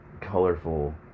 colorful